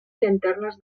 llanternes